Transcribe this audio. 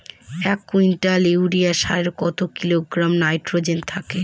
এক quintal urea সারে কত কিলোগ্রাম নাইট্রোজেন থাকে?